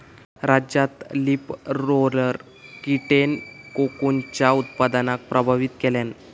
राज्यात leaf roller कीटेन कोकूनच्या उत्पादनाक प्रभावित केल्यान